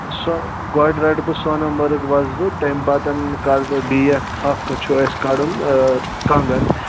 گۄڈٕ رَٹہٕ بہٕ سۄنامَرگ وَسہٕ بہٕ تمہِ پَتَن کَڑٕ بہٕ بیٚیکھ تَھک چھُ اَسہِ کَڑُن کَنگَن